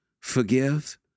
forgive